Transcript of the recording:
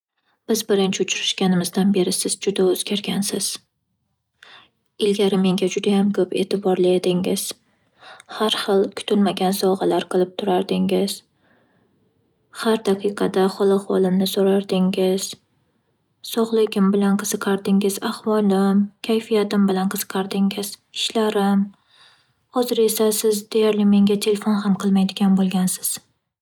Biz birinchi uchrashganimizdan beri siz juda o'zgargansiz. Ilgari menga judayam ko'p e'tiborli edingiz. Har xil kutilmagan sovg'alar qilib turardingiz. Har daqiqada hol-ahvolimni so'rardingiz. Sog'ligim bilan qiziqardingiz, ahvolim, kayfiyatim bilan qiziqardingiz ishlarim. Hozir esa siz deyarli menga telefon ham qilmaydigan bo'lgansiz.